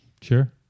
sure